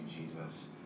Jesus